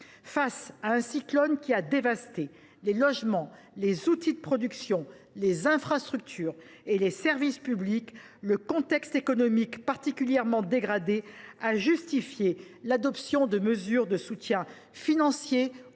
Face à un cyclone qui a dévasté les logements, les outils de production, les infrastructures et les services publics, le contexte économique particulièrement dégradé a justifié l’adoption de mesures de soutien financier